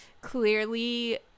clearly